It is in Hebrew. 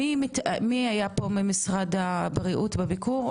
מי היה פה ממשרד הבריאות ביקור?